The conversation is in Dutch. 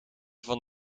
van